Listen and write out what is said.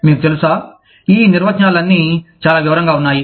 మీకు తెలుసా ఈ నిర్వచనాలన్నీ చాలా వివరంగా ఉన్నాయి